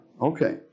Okay